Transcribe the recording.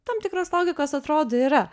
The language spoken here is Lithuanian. tam tikros logikos atrodo yra